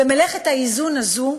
במלאכת האיזון הזאת,